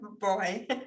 boy